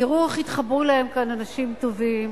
תראו איך התחברו להם כאן אנשים טובים,